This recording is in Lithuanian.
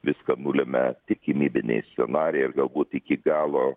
viską nulemia tikimybiniai scenarijai ir galbūt iki galo